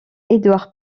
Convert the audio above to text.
edward